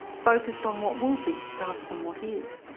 focused on what will be rather than what is?